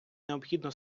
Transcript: необхідно